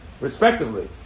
respectively